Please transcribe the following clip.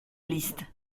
liste